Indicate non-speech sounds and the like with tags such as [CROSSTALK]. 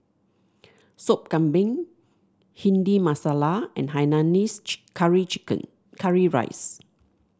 Sop Kambing Bhindi Masala and Hainanese [UNINTELLIGIBLE] Curry Chicken Curry Rice